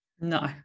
no